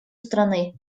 страны